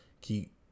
keep